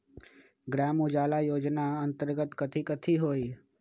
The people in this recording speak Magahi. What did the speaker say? ग्राम उजाला योजना के अंतर्गत कथी कथी होई?